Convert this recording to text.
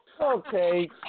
Okay